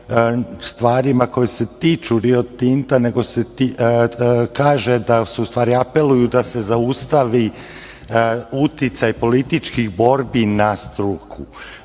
stvarima koje se tiču Rio Tinta, nego se u stvari apeluju da se zaustavi uticaj političkih borbi na